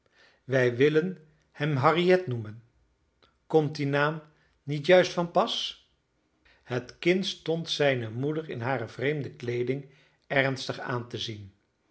wij willen hem harriet noemen komt die naam niet juist van pas het kind stond zijne moeder in hare vreemde kleeding ernstig aan te zien